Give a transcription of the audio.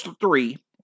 three